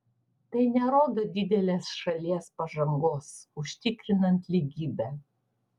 tai nerodo didelės šalies pažangos užtikrinant lygybę